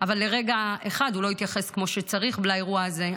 אבל לרגע אחד לא התייחס כמו שצריך לאירוע הזה.